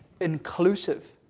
inclusive